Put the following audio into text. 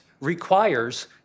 requires